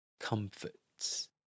Comforts